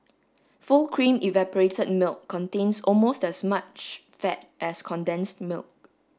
full cream evaporated milk contains almost as much fat as condensed milk